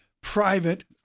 private